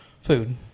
food